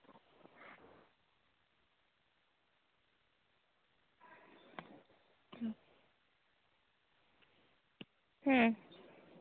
ᱦᱩᱸ ᱦᱩᱸ